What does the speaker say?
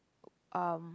um